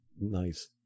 nice